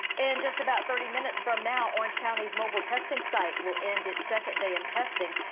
and just about thirty minutes from now orange county's mobile testing site will end its second day of testing.